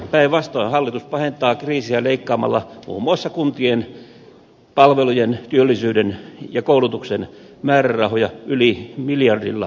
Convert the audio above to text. päinvastoin hallitus pahentaa kriisiä leikkaamalla muun muassa kuntien palvelujen työllisyyden ja koulutuksen määrärahoja yli miljardilla eurolla